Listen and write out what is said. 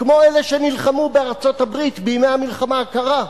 כמו אלה שנלחמו בארצות-הברית בימי המלחמה הקרה,